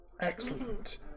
Excellent